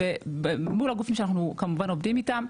ומול הגופים שאנחנו עובדים איתם,